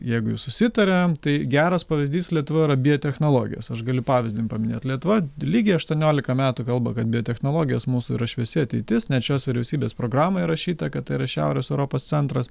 jeigu jau susitariam tai geras pavyzdys lietuvoje yra biotechnologijos aš galiu pavyzdį paminėt lietuva lygiai aštuoniolika metų kalba kad biotechnologijos mūsų yra šviesi ateitis net šios vyriausybės programoj įrašyta kad tai yra šiaurės europos centras